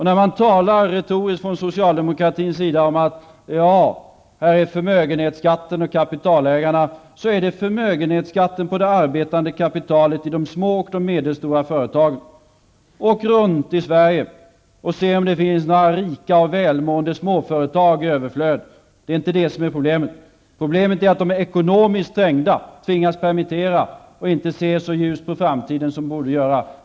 När socialdemokraterna talar retoriskt om förmögenhetsskatten och kapitalägarna, syftar de på förmögenhetsskatten på det arbetande kapitalet i de små och medelstora företagen. Åk runt i Sverige och se om det finns några rika och välmående småföretag i överflöd! Det är inte det som är problemet. Problemet är att de är ekonomiskt trängda och tvingas permittera och att de inte ser så ljust på framtiden som de borde göra.